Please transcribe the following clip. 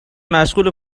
مشغوله